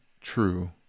true